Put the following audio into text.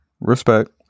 Respect